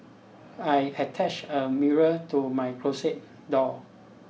I attached a mirror to my closet door